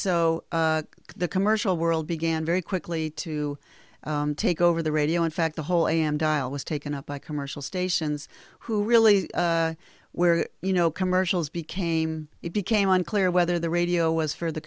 so the commercial world began very quickly to take over the radio in fact the whole am dial was taken up by commercial stations who really where you know commercials became it became unclear whether the radio was for the